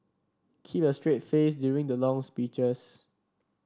keep a straight face during the long speeches